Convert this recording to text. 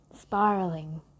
spiraling